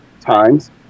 times